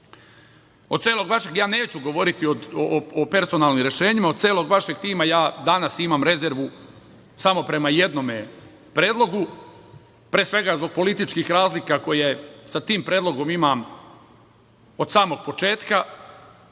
Od celog vašeg tima, ja danas imam rezervu samo prema jednom predlogu, pre svega, zbog političkih razlika koje sa tim predlogom imam od samog početka. Ako